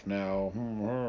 now